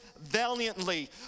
valiantly